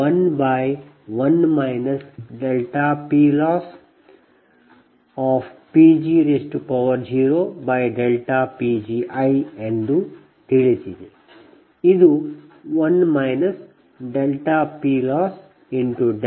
ಆದ್ದರಿಂದ ಇದು ನಿಜವಾಗಿ Li11 PLossPg0Pgi ಎಂದು ತಿಳಿದಿದೆ